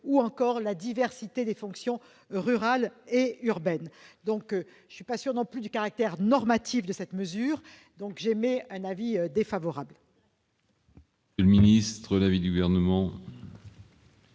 ou encore la diversité des fonctions rurales et urbaines. Je ne suis pas sûre non plus du caractère normatif d'une telle mesure ... En conséquence, j'émets un avis défavorable